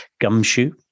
Gumshoe